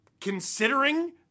considering